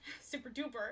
Super-duper